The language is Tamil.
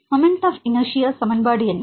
மொமெண்ட் ஆப் இனர்சியா சமன்பாடு என்ன